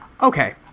Okay